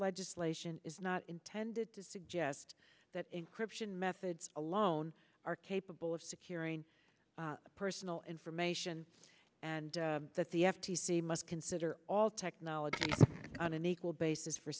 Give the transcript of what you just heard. legislation is not intended to suggest that encryption methods alone are capable of securing personal information and that the f t c must consider all technologies on an equal basis for